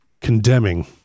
condemning